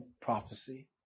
prophecy